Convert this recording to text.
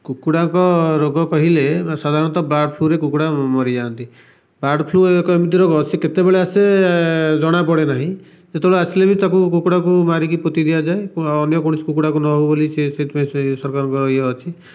କୁକଡ଼ାଙ୍କ ରୋଗ କହିଲେ ସାଧାରଣତ ବାର୍ଡ଼ଫ୍ଲୁରେ କୁକୁଡ଼ା ମରିଯାନ୍ତି ବାର୍ଡ଼ଫ୍ଲୁ ଏକ ଏମିତି ରୋଗ ସେ କେତେବେଳେ ଆସେ ଜଣା ପଡ଼େ ନାହିଁ ଯେତେବେଳେ ଆସିଲେ ବି ତାକୁ କୁକୁଡ଼ାକୁ ମାରିକି ପୋତି ଦିଆଯାଏ ଅନ୍ୟ କୌଣସି କୁକୁଡ଼ାକୁ ନହଉ ବୋଲି ସେଥିପାଇଁ ସେ ସରକାରଙ୍କ ଏ ଅଛି